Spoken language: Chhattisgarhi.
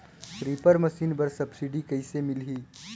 रीपर मशीन बर सब्सिडी कइसे मिलही?